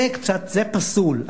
זה פסול.